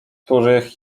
których